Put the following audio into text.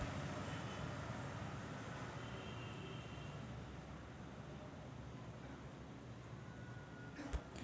एखाद्या व्यक्तीने त्याच्या डिमॅट खात्यात ठेवलेले स्टॉक दररोज बाजारात चिन्हांकित केले जातात